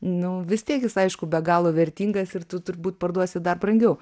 nu vis tiek jis aišku be galo vertingas ir tu turbūt parduosi dar brangiau